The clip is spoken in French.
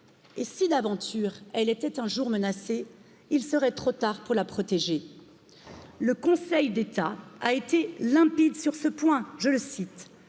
et, si d'aventure elle était un jour menacée, il serait trop tard pour la protéger. Le Conseil d'état a été limpide sur ce point je le cite